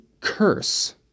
curse